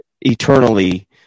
Eternally